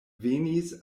venis